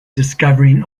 discovering